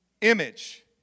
image